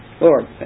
Lord